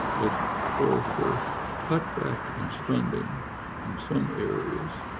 it calls for cutback in spending in some areas.